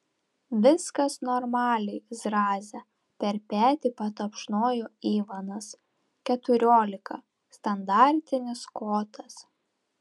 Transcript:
viskas normaliai zraze per petį patapšnojo ivanas keturiolika standartinis kotas